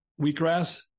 wheatgrass